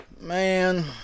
man